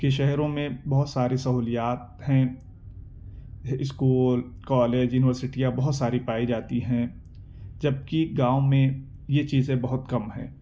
کہ شہروں میں بہت ساری سہولیات ہیں اسکول کالج یونیورسیٹیاں بہت ساری پائی جاتی ہیں جبکہ گاؤں میں یہ چیزیں بہت کم ہیں